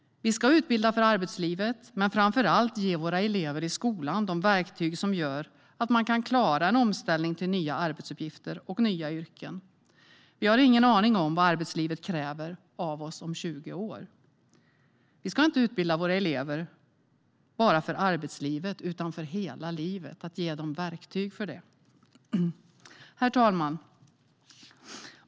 Vi ska utbilda för arbetslivet men framför allt ge våra elever i skolan de verktyg som gör att man kan klara en omställning till nya arbetsuppgifter och nya yrken. Vi har ingen aning om vad arbetslivet kräver av oss om 20 år. Vi ska inte utbilda våra elever bara för arbetslivet utan för hela livet. De ska få verktygen. Herr talman!